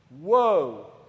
whoa